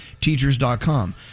teachers.com